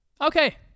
Okay